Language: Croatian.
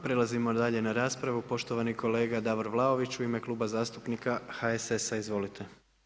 Prelazimo dalje na raspravu, poštovani kolega Davor Vlaović u ime Kluba zastupnika HSS-a, izvolite.